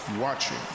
watching